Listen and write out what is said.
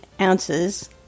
ounces